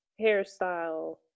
hairstyle